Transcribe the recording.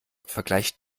vergleicht